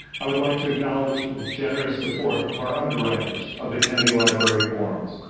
i would like to acknowledge the generous support of our underwriters of the kennedy library forums,